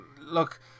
Look